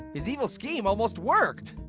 his evil scheme almost worked.